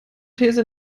these